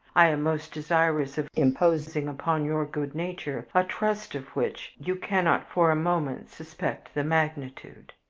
i am most desirous of imposing upon your good nature a trust of which you cannot for a moment suspect the magnitude.